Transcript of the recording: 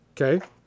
Okay